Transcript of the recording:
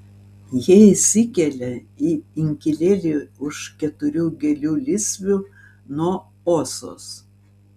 jie įsikelia į inkilėlį už keturių gėlių lysvių nuo osos